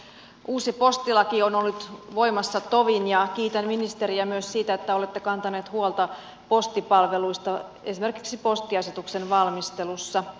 uusi postilaki on ollut voimassa tovin ja kiitän ministeriä myös siitä että olette kantanut huolta postipalveluista esimerkiksi postiasetuksen valmistelussa